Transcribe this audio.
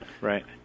Right